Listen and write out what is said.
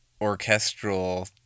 orchestral